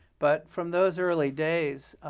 but from those early days,